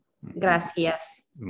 Gracias